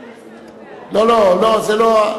לא, לא, זה לא.